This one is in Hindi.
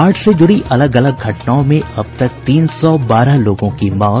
बाढ़ से जुड़ी अलग अलग घटनाओं में अब तक तीन सौ बारह लोगों की मौत